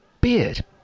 Beard